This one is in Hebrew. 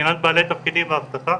מבחינת בעלי תפקידים באבטחה,